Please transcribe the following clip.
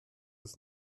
ist